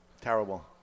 Terrible